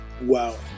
wow